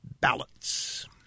ballots